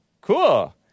Cool